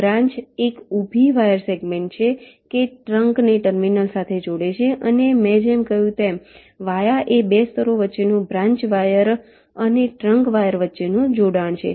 branch એક ઊભી wire segment છે કે ટ્રંકને ટર્મિનલ સાથે જોડે છે અને મેં જેમ કહ્યું તેમ વાયા એ 2 સ્તરો વચ્ચેનું બ્રાન્ચ વાયર અનેટ્રંક વાયર વચ્ચે જોડાણ છે